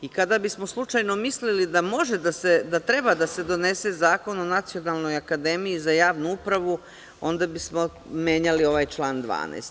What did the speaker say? I kada bismo slučajno mislili da treba da se donese zakon o Nacionalnoj akademiji za javnu upravu, onda bismo menjali ovaj član 12.